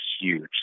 huge